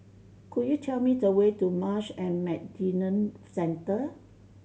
could you tell me the way to Marsh and McLennan Centre